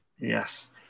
Yes